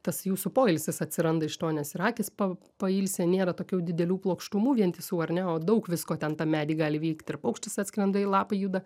tas jūsų poilsis atsiranda iš to nes ir akys pailsi nėra tokių didelių plokštumų vientisų ar ne daug visko ten tam medy gali vykt ir paukštis atskrenda ir lapai juda